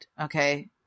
Okay